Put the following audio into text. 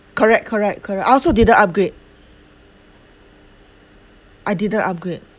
correct correct correct I also didn't upgrade I didn't upgrade